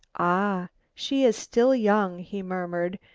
ah! she is still young, he murmured,